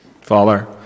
Father